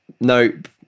nope